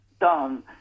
done